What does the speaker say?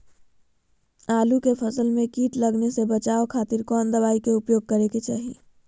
आलू के फसल में कीट लगने से बचावे खातिर कौन दवाई के उपयोग करे के चाही?